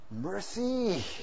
Mercy